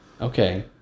Okay